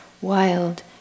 wild